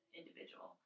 individual